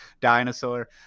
dinosaur